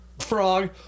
Frog